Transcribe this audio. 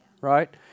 right